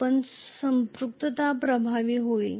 पण संपृक्तता प्रभावी होईल